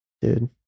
dude